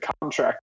contract